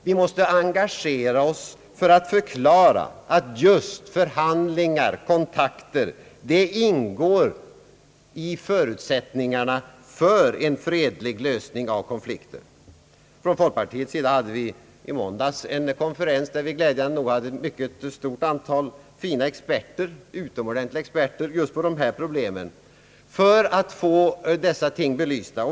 Vi måste engagera oss för att förklara att just förhandlingar och kontakter ingår i förutsättningarna för en fredlig lösning av konflikter. Från folkpartiets sida anordnades i måndags en konferens, där glädjande nog ett mycket stort antal experter på dessa problem deltog. Därvid fick vi dessa ting belysta.